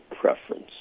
preference